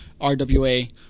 rwa